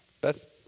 Best